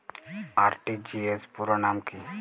RTGS পুরো নাম কি?